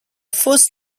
first